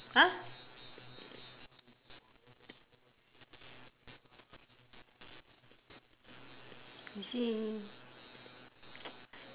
!huh! I see